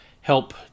help